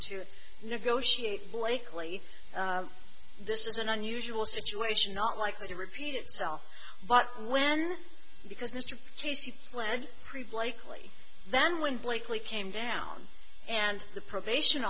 to negotiate blakeley this is an unusual situation not likely to repeat itself but when because mr casey pled pre buy likely then when blakely came down and the probation